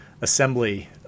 assembly